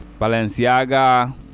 Balenciaga